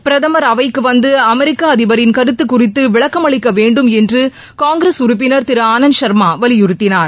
பிரதமர் அவைக்கு வந்து அமெரிக்க அதிபரின் கருத்து குறித்து விளக்கமளிக்க வேண்டும் என்று காங்கிரஸ் உறுப்பினர் திரு ஆனந்த் ஷர்மா வலியுறுத்தினார்